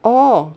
orh